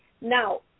Now